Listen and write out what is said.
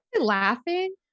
Laughing